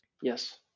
Yes